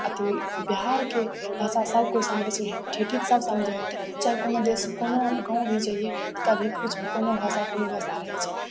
अथी बिहारके भाषा सब कोइ समझय छै ठेठी तऽ सब समझैत चाहे कोनो देश कोनो गाँव भी जइए तऽ कभी किछु कोनो भाषा कोनो भाषा रहय छै